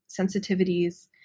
sensitivities